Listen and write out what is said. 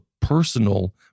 personal